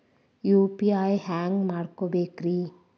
UPI ಹ್ಯಾಂಗ ಮಾಡ್ಕೊಬೇಕ್ರಿ?